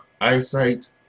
eyesight